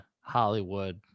hollywood